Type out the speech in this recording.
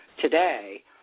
today